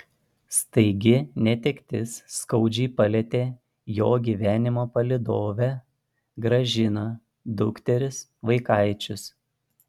staigi netektis skaudžiai palietė jo gyvenimo palydovę gražiną dukteris vaikaičius